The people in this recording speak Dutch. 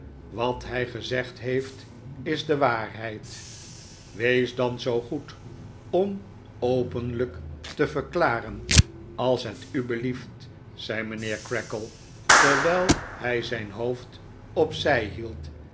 wat hij gezegd heeft is de waarheid wees dan zoo goed om openlijk te verklaren als het u belieft zei mijnheer creakle terwijl hij zijn hoofd op zij hield